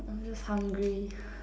um I'm just hungry